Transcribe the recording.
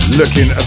looking